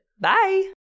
Bye